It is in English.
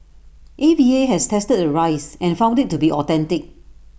A V A has tested the rice and found IT to be authentic